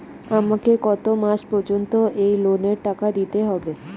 আমাকে কত মাস পর্যন্ত এই লোনের টাকা দিতে হবে?